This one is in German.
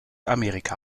amerika